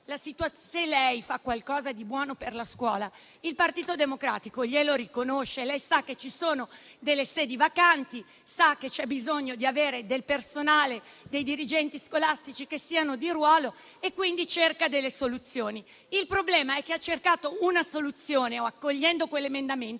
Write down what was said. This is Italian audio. se lei fa qualcosa di buono per la scuola, il Partito Democratico glielo riconosce. Lei sa che ci sono delle sedi vacanti, sa che c'è bisogno di avere del personale, dei dirigenti scolastici che siano di ruolo e quindi cerca delle soluzioni. Il problema è che ha cercato una soluzione, accogliendo quell'emendamento,